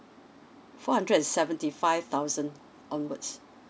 four and hundred seventy five thousand onwards